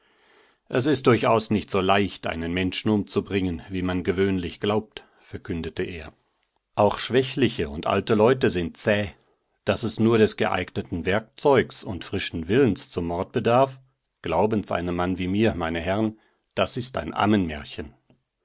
es ist durchaus nicht so leicht einen menschen umzubringen wie man gewöhnlich glaubt verkündete er auch schwächliche und alte leute sind zäh daß es nur des geeigneten werkzeugs und frischen willens zum mord bedarf glauben's einem mann wie mir meine herren das ist ein ammenmärchen